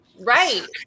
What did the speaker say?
Right